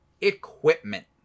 Equipment